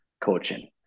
coaching